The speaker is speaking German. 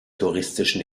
touristischen